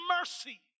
mercy